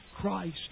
Christ